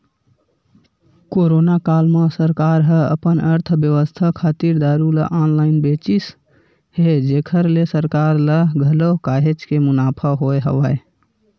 corona काल म सरकार ह अपन अर्थबेवस्था खातिर दारू ल ऑनलाइन बेचिस हे जेखर ले सरकार ल घलो काहेच के मुनाफा होय हवय